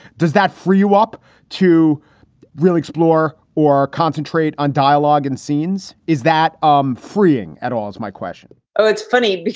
does that free you up to really explore or concentrate on dialogue and scenes? is that um freeing at all? it's my question oh, it's funny.